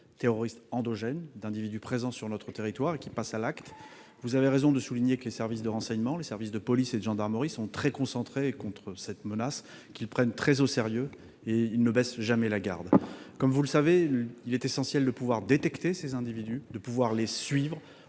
terroriste endogène d'individus présents sur notre territoire et qui passent à l'acte. Vous avez raison de souligner que les services de renseignement, les services de police et de gendarmerie sont très concentrés pour lutter contre cette menace : ils la prennent très au sérieux et ne baissent jamais la garde. Comme vous le savez, il est essentiel de pouvoir détecter ces individus, de pouvoir les suivre